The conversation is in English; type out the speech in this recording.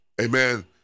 amen